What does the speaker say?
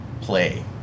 play